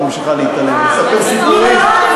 את ממשיכה להתעלם ולספר סיפורים,